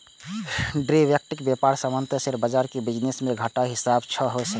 derivative व्यापार सामान्यतः share बाजार के बिजनेस घंटाक हिसाब सं होइ छै